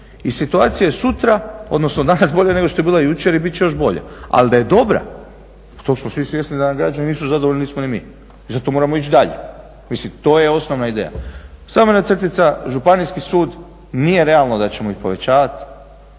I situacija je sutra odnosno danas nego što je bila jučer i bit će još bolje. Ali da je dobra, toga smo svi svjesni da nam građani nisu zadovoljni, a nismo ni mi i zato moramo ići dalje. Mislim to je osnovna ideja. Samo jedna crtica, županijski sud nije realno da ćemo ih povećavati,